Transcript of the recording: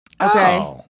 Okay